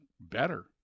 better